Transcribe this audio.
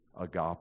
agape